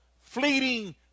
fleeting